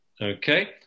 okay